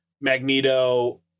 Magneto